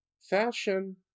fashion